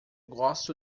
gosto